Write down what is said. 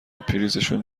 پریزشون